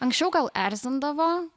anksčiau gal erzindavo